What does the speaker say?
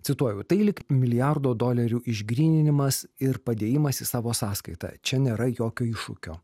cituoju tai lyg milijardo dolerių išgryninimas ir padėjimas į savo sąskaitą čia nėra jokio iššūkio